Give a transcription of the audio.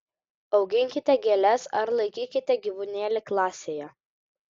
auginkite gėles ar laikykite gyvūnėlį klasėje